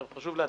חשוב להדגיש.